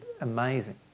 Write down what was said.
amazing